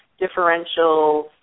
differentials